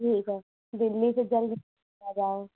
ठीक है दिल्ली से जल्द आ जाएँ